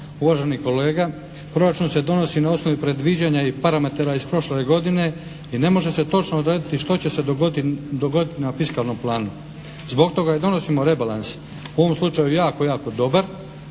Uvaženi kolega! Proračun se donosi na osnovi predviđanja i parametara iz prošle godine i ne može se točno odrediti što će se dogoditi na fiskalnom planu. Zbog toga i donosimo rebalans, u ovom slučaju jako jako dobar